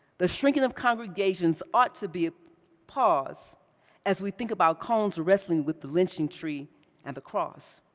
the shrinking of congregations ought to be a pause as we think about cone's wrestling with the lynching tree and the cross.